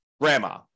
grandma